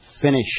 finish